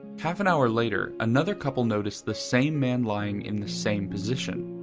half an hour later, another couple noticed the same man lying in the same position.